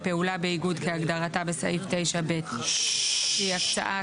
בפעולה באיגוד כהגדרתה בסעיף 9(ב) שהיא הקצאה